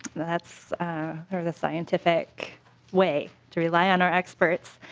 that's part of the scientific way to rely on our experts